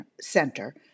Center